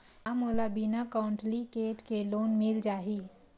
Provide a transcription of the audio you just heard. का मोला बिना कौंटलीकेट के लोन मिल जाही?